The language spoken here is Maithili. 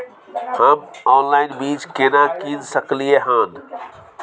हम ऑनलाइन बीज केना कीन सकलियै हन?